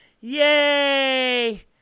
Yay